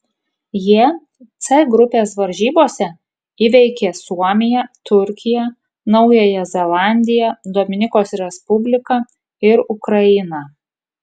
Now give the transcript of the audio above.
jie c grupės varžybose įveikė suomiją turkiją naująją zelandiją dominikos respubliką ir ukrainą